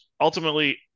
ultimately